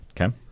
Okay